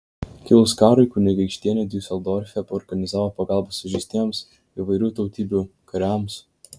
kilus karui kunigaikštienė diuseldorfe organizavo pagalbą sužeistiems įvairių tautybių kariams